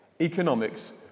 economics